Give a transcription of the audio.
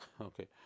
okay